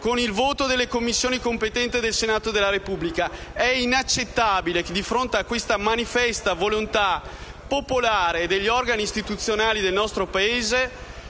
con il voto delle Commissioni competenti del Senato della Repubblica. È inaccettabile che, di fronte alla manifesta volontà popolare degli organi istituzionali del nostro Paese,